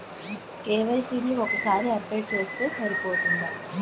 KYC ని ఒక్కసారి update చేస్తే సరిపోతుందా?